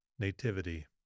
Nativity